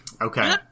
Okay